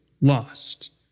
lost